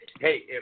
hey